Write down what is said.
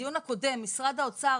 שבדיון הקודם משרד האוצר